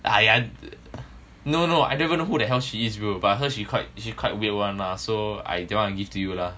!aiya! no no I don't even know who the hell she is bro but heard she quite she quite weird [one] lah so I don't want to give to you lah